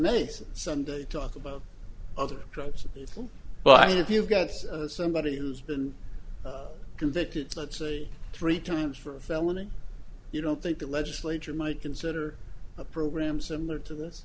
to talk about other drugs but i mean if you've got somebody who's been convicted let's say three times for a felony you don't think the legislature might consider a program similar to